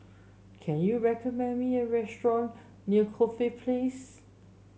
can you recommend me a restaurant near Corfe Place